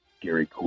Gary